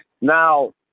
Now